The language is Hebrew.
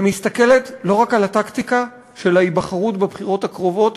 ומסתכלת לא רק על הטקטיקה של ההיבחרות בבחירות הקרובות,